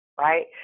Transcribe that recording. right